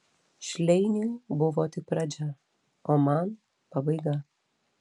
šleiniui buvo tik pradžia o man pabaiga